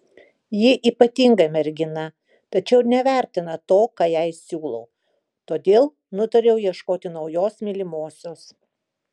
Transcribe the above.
ji ypatinga mergina tačiau nevertina to ką jai siūlau todėl nutariau ieškoti naujos mylimosios